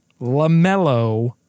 LaMelo